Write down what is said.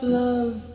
love